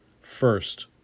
First